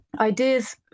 Ideas